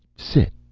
sit,